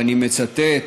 ואני מצטט: